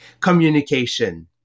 communication